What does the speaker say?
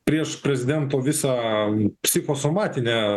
prieš prezidento visą psichosomatinę